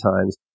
times